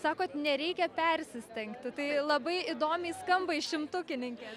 sakot nereikia persistengti tai labai įdomiai skamba iš šimtukininkės